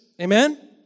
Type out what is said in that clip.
amen